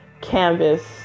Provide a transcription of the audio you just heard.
canvas